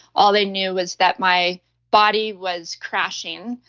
all they knew was that my body was crashing,